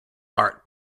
art